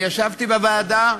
ישבתי בוועדה,